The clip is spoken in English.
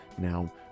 now